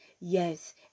yes